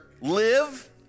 live